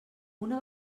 una